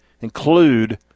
include